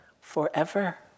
forever